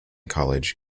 college